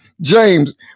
James